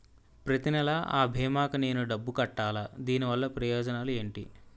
ప్రతినెల అ భీమా కి నేను డబ్బు కట్టాలా? దీనివల్ల ప్రయోజనాలు ఎంటి?